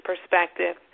Perspective